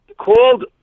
called